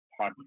podcast